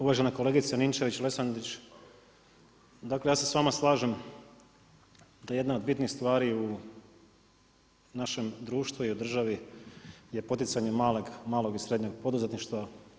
Uvažena kolegice Ninčević Lesandrić, dakle, ja se s vama slažem, to je jedna od bitnih stvari u našem društvu i u državi je poticanje malog i srednjeg poduzetništva.